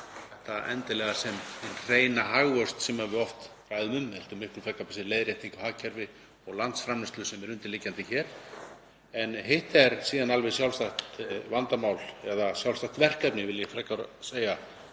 þetta sem hinn hreina hagvöxt, sem við ræðum oft um, heldur miklu frekar sem leiðréttingu á hagkerfi og landsframleiðslu sem er undirliggjandi hér. En hitt er síðan alveg sjálfstætt vandamál, eða sjálfstætt verkefni vil ég frekar segja,